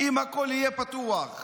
אם הכול יהיה פתוח.